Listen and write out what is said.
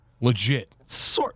Legit